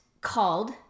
called